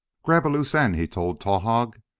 grab a loose end, he told towahg.